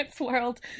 world